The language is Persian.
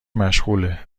مشغوله